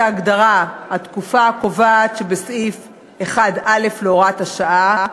את ההגדרה "התקופה הקובעת" שבסעיף 1(א) להוראת השעה,